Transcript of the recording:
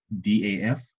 DAF